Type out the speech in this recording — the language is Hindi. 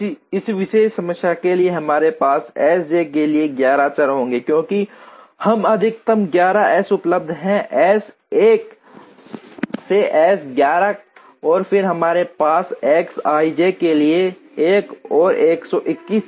इस विशेष समस्या के लिए हमारे पास S j के लिए 11 चर होंगे क्योंकि हम अधिकतम 11 S उपलब्ध हैं S 1 से S 11 और फिर हमारे पास X i j के लिए एक और 121 चर हैं